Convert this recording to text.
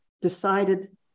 decided